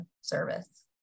Service